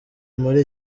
muri